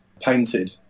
painted